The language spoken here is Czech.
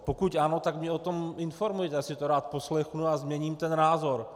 Pokud ano, tak mě o tom informujte, já si to rád poslechnu a změním názor.